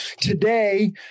today